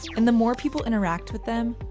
and the more people interact with them,